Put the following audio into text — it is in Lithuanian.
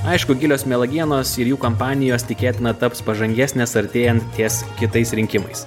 aišku gilios melagėnos ir jų kompanijos tikėtina taps pažangesnės artėjant ties kitais rinkimais